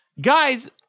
Guys